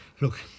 Look